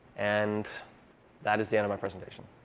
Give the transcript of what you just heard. and that is the end of my presentation.